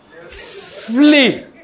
flee